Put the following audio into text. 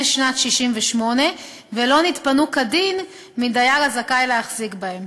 שנת 1968 ולא התפנו כדין מדייר הזכאי להחזיק בהן.